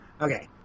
okay